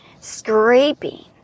scraping